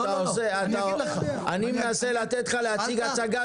אגיד לך --- אני מנסה לתת לך להציג הצגה